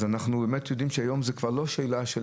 אז אנחנו באמת יודעים שהיום זו כבר לא שאלה של